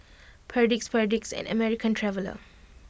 Perdix Perdix and American Traveller